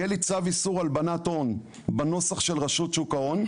יהיה לי צו איסור הלבנת הון בנוסח של רשות שוק ההון,